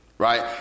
Right